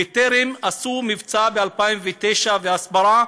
בטרם עשו מבצע ב-2009 והסברה,